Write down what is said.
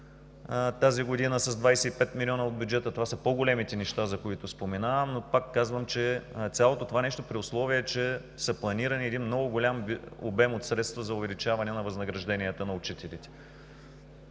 по интереси с 25 милиона от бюджета. Това са по-големите неща, за които споменавам, но пак казвам, че цялото това нещо, при условие че е планиран един много голям обем от средства за увеличаване на възнагражденията на учителите.